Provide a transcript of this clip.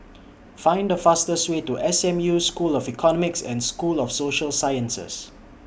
Find The fastest Way to S M U School of Economics and School of Social Sciences